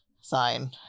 sign